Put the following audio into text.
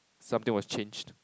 something was changed